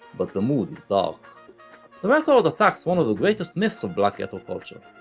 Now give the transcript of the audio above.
but the mood is dark. the record attacks one of the greatest myths of black ghetto culture,